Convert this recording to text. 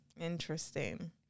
Interesting